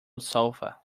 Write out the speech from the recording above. sofa